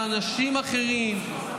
באנשים אחרים,